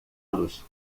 los